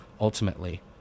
ultimately